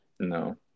No